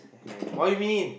what you mean